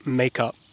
makeup